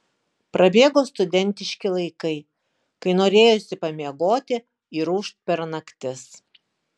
prabėgo studentiški laikai kai norėjosi pamiegoti ir ūžt per naktis